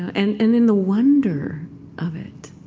and and in the wonder of it,